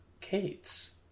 Kate's